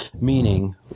meaning